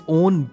own